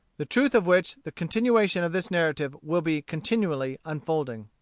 the truth of which the continuation of this narrative will be continually unfolding.